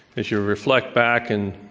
if you reflect back in